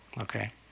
Okay